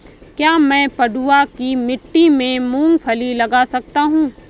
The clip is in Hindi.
क्या मैं पडुआ की मिट्टी में मूँगफली लगा सकता हूँ?